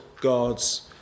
guards